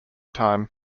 time